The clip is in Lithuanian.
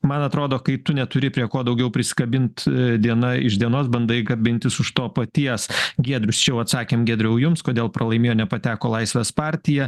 man atrodo kai tu neturi prie ko daugiau prisikabint diena iš dienos bandai kabintis už to paties giedrius čia jau atsakėm giedriau jums kodėl pralaimėjo nepateko laisvės partija